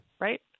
Right